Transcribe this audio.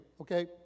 Okay